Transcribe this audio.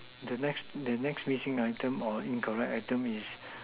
the next the next meeting item or incorrect item is